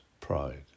pride